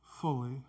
fully